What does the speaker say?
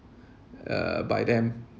uh by them